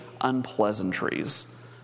unpleasantries